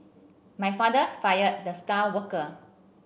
my father fired the star worker